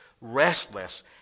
restless